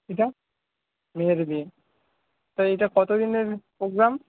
এটা মেয়ের বিয়ে তা এটা কতদিনের প্রোগ্রাম